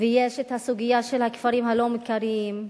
ויש הסוגיה של הכפרים הלא-מוכרים.